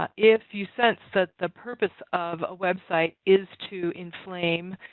ah if you sense that the purpose of a website is to inflame,